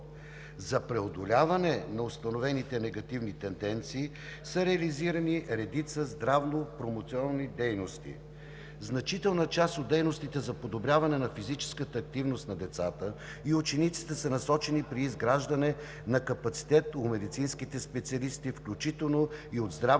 За преодоляване на установените негативни тенденции са реализирани редица здравно-промоционални дейности. Значителна част от дейностите за подобряване на физическата активност на децата и учениците са насочени при изграждане на капацитет у медицинските специалисти, включително и от здравните кабинети